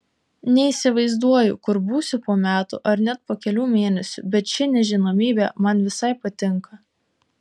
neįsivaizduoju kur būsiu po metų ar net po kelių mėnesių bet ši nežinomybė man visai patinka